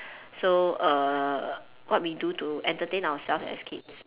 so err what we do to entertain ourselves as kids